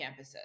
campuses